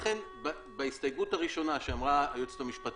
לכן בהסתייגות הראשונה שאמרה היועצת המשפטית,